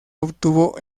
obtuvo